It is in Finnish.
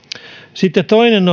sitten toinen